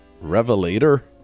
Revelator